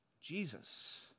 Jesus